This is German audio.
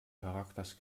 charakters